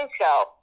show